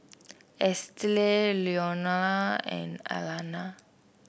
Estelle Leonel and Alanna